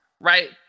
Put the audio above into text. right